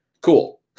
cool